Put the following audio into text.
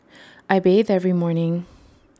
I bathe every morning